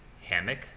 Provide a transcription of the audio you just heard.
hammock